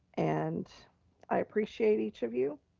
and i appreciate each of you,